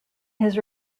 his